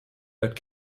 that